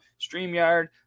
StreamYard